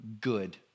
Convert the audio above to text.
good